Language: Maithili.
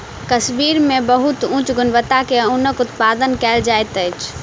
कश्मीर मे बहुत उच्च गुणवत्ता के ऊनक उत्पादन कयल जाइत अछि